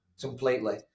completely